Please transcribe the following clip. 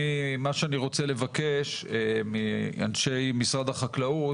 מה שאני רוצה לבקש מאנשי משרד החקלאות